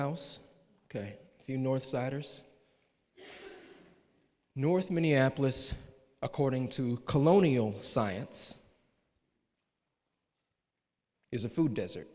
house ok you north side north minneapolis according to colonial science is a food desert